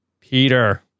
Peter